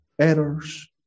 errors